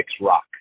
Rock